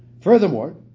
furthermore